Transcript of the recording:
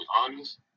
honest